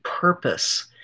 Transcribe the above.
purpose